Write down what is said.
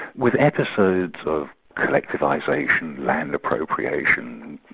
with episodes of collectivisation, land appropriation,